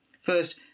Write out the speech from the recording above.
First